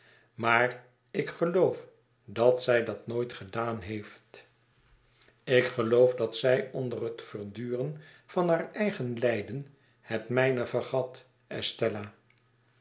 maar ik geloof dat zij dat nooit gedaan heeft ik geloof dat zij onder het verduren van haar eigen lijden het mijne vergat estella